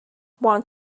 want